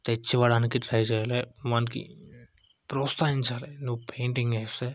తెచ్చివ్వడానికి try చెయ్యాలి వానికి ప్రోత్సహించాలి నువ్ పెయింటింగ్ వేస్తే